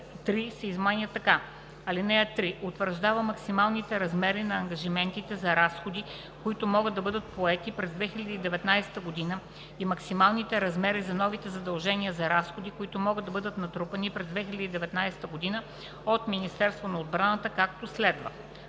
3 се изменя така: „(3) Утвърждава максималните размери на ангажиментите за разходи, които могат да бъдат поети през 2019 г., и максималните размери на новите задължения за разходи, които могат да бъдат натрупани през 2019 г. от Министерството на отбраната, както следва: